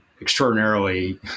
extraordinarily